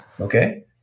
Okay